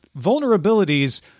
vulnerabilities